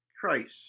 Christ